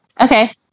okay